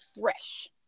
fresh